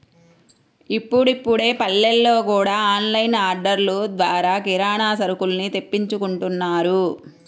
ఇప్పుడిప్పుడే పల్లెల్లో గూడా ఆన్ లైన్ ఆర్డర్లు ద్వారా కిరానా సరుకుల్ని తెప్పించుకుంటున్నారు